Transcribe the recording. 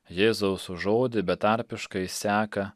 jėzaus žodį betarpiškai seka